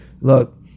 Look